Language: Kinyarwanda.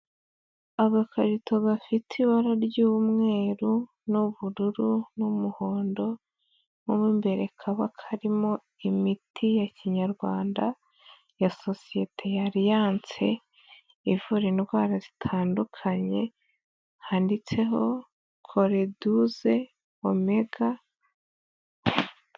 Agakarito gafite ibara ry'umweru n'ubururu n'umuhondo, mo imbere kaba karimo imiti ya kinyarwanda ya sosiyete ya Alliance ivura indwara zitandukanye handitseho Choleduz omega.